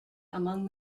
among